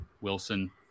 Wilson